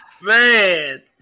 Man